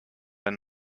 ein